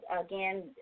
again